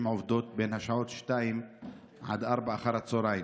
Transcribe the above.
עובדות בשעות 14:00 עד 16:00 אחר הצוהריים,